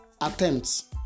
attempts